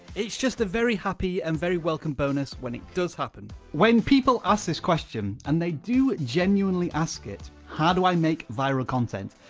it's just a very happy and very welcome bonus when it does happen. when people ask this question, and they do genuinely ask it, how do i make viral content?